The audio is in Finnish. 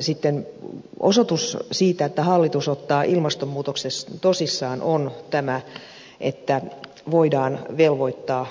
sitten osoitus siitä että hallitus ottaa ilmastonmuutoksen tosissaan on tämä että voidaan velvoittaa